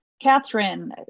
Catherine